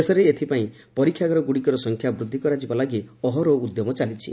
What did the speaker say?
ଦେଶରେ ଏଥିପାଇଁ ପରୀକ୍ଷାଗାର ଗୁଡ଼ିକର ସଂଖ୍ୟା ବୃଦ୍ଧି କରାଯିବା ଲାଗି ଅହରହ ଉଦ୍ୟମ ଚାଲିଛି